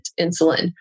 insulin